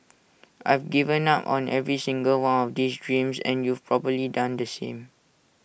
I've given up on every single one of these dreams and you've probably done the same